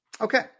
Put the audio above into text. Okay